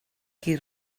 qui